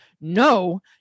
No